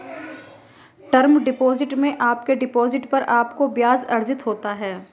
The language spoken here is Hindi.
टर्म डिपॉजिट में आपके डिपॉजिट पर आपको ब्याज़ अर्जित होता है